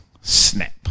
Snap